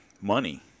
money